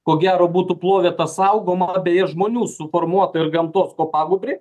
ko gero būtų plovę tą saugomą beje žmonių suformuotą ir gamtos kopagūbrį